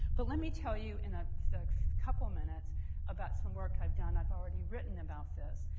but let me tell you in a couple minutes about some work i've done. i've already written about this,